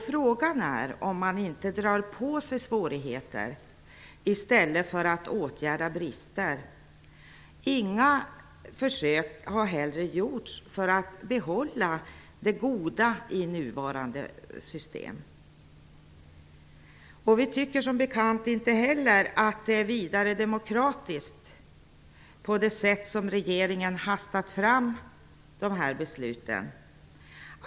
Frågan är om man inte drar på sig svårigheter i stället för att åtgärda brister. Inga försök har heller gjorts för att behålla det goda i nuvarande system. Vi tycker som bekant inte heller att det sätt som regeringen har hastat fram de här besluten på är vidare demokratiskt.